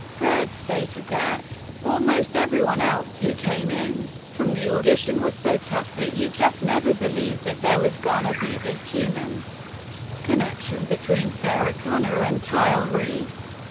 hurd stated that almost everyone else who came in from the audition was so tough that you just never believed that there was gonna be this human connection between sarah connor and kyle reese.